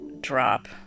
drop